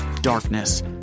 Darkness